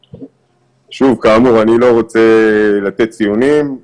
שוב, כאמור, אני לא רוצה לתת ציונים.